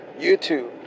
YouTube